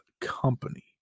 company